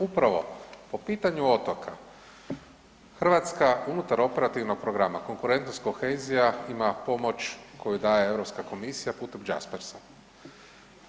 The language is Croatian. Upravo po pitanju otoka Hrvatska unutar operativnog programa konkurentnost kohezija ima pomoć koju daje Europska komisija putem JASPERS-a.